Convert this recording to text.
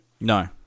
No